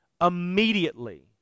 immediately